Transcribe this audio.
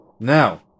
Now